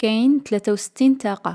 كاين تلاتة و ستين تاقة.